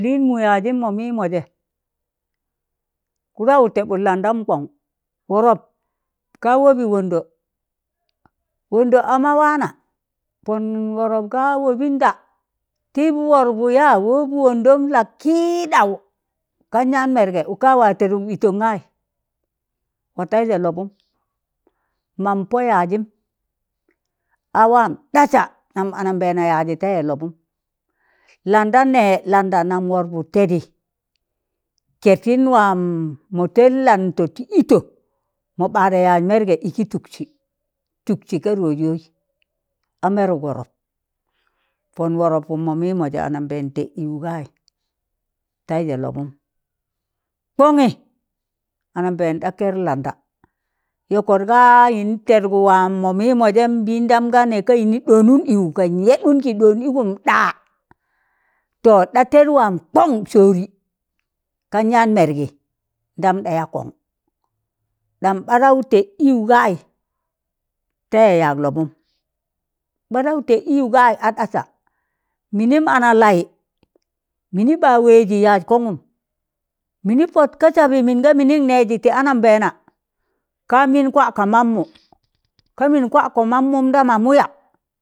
Lịịm mọ yaazịm mọ mịmọjẹ kụdaụ tẹbbụt landam kọn, wọrọp kaa wọbị wondo. wondo a ma waana, pọn wọrọp ga wọbịnda, tịb wọrọp yaa wọb wondom la kịịɗaụ kan yaan mẹrẹ ụka wa tẹdụk ịtọngaị, watẹịjẹ labụm, mam po yajim awam ɗasa nam anambẹẹna yajị tẹị lọbụm, landa nẹ landa nam wọrọpụ tẹdị kẹrsịn waa mọ tẹd lantọ ti ịtọ mọ ɓarẹ yaj merge ịkị tụksị, tụksị ga rọs yọị a mẹrụk wọrọp, pọn wọrọpụm mọ mịmọ jẹ anambẹẹn tẹẹd ịwụ gai,̣ tẹịjẹ lọbụm, kwọngị, anambẹẹn ɗa kẹr landa yọkọt ga yịnị tẹdgụ waamọ mịmọ jẹm mbịndam ga nẹkka ịnị ɗọnụn ịwụ ka yịn yẹɗụn kị ɗọọn ịgụm ɗaa. To ɗa tẹd waa mkọn sọọrị, kan yaan mẹrgị ndam ɗa yaa kọn, ɗam badawụ tẹd ịwụ gaị tẹị yaag lọbụm, ɓadaụ tẹẹd ịwụ gaị a ɗasa mịnịm analaị mịnị ɓa wẹẹjị yaag kọngụm mịnị pọt ka sabị minga mịnịn nẹẹjị tị anambẹẹna, ka mịn kwa ka mammụ ka mịn kwakọ mammụm da mamụ yaa?.